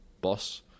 boss